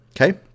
okay